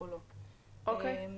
אוקיי,